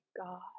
god